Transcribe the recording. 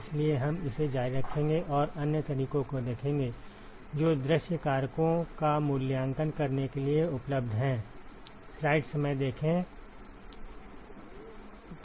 इसलिए हम इसे जारी रखेंगे और अन्य तरीकों को देखेंगे जो दृश्य कारकों का मूल्यांकन करने के लिए उपलब्ध हैं